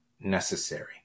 necessary